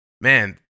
man